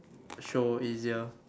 show easier